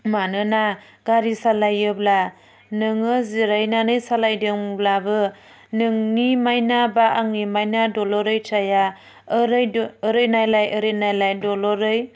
मानोना गारि सालायोब्ला नोङो जिरायनानै सालायदोंब्लाबो नोंनि माइनआ बा आंनि माइनआ दलरै थाया ओरै ओरै नायलाय ओरै नायलाय दलरै